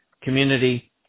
community